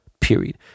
period